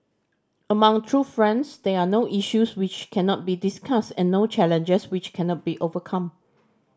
among true friends there are no issues which cannot be discussed and no challenges which cannot be overcome